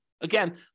Again